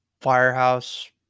firehouse